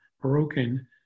broken